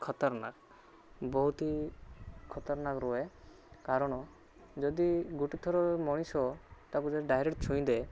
ଖତରନାକ୍ ବହୁତ ହିଁ ଖତରନାକ୍ ରୁହେ କାରଣ ଯଦି ଗୋଟେଥର ମଣିଷ ତାକୁ ଯଦି ଡାଇରେକ୍ଟ ଛୁଁଇଦିଏ